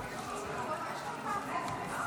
התשפ"ה 2024, של חבר